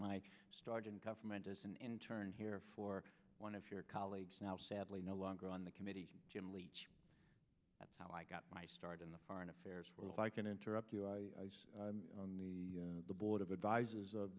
my start in government as an intern here for one of your colleagues now sadly no longer on the committee jim leach that's how i got my start in the foreign affairs if i can interrupt you on the board of advisors of